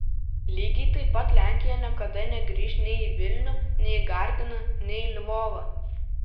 lygiai taip pat lenkija niekada negrįš nei į vilnių nei į gardiną nei į lvovą